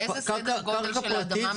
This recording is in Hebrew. מה גודל האדמה שמדובר עליה?